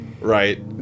right